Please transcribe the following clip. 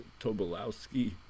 Tobolowski